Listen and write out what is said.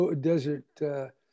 desert